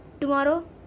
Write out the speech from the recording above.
tomorrow